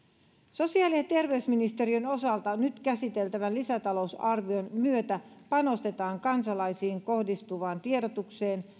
sosiaali ja terveysministeriön osalta nyt käsiteltävän lisätalousarvion myötä panostetaan kansalaisiin kohdistuvaan tiedotukseen